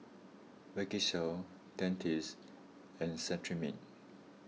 Vagisil Dentiste and Cetrimide